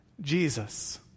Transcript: Jesus